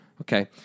okay